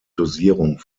dosierung